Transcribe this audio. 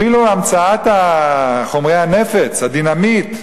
אפילו המצאת חומרי הנפץ, הדינמיט,